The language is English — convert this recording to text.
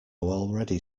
already